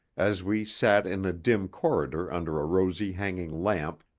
as we sat in a dim corridor under a rosy hanging lamp,